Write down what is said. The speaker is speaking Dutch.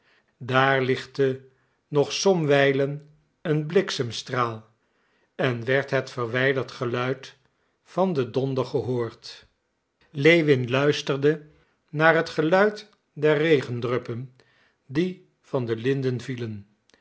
daar lichtte nog somwijlen een bliksemstraal en werd het verwijderd geluid van den donder gehoord lewin luisterde naar het geluid der regendruppen die van den linden vielen